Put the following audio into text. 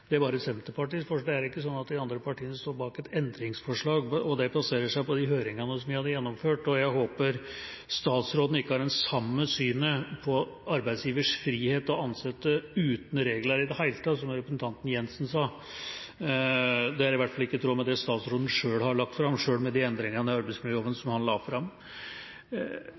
Det er bare Senterpartiets forslag. Det er ikke sånn at de andre partiene står bak et endringsforslag, og det baserer seg på de høringene som vi har gjennomført. Jeg håper statsråden ikke har det samme synet på arbeidsgivers frihet som representanten Jensen, nemlig at man kan ansette uten regler i det hele tatt. Det er i hvert fall ikke i tråd med det statsråden selv har lagt fram – selv med de endringene i arbeidsmiljøloven